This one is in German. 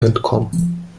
entkommen